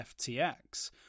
FTX